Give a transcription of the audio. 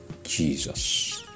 Jesus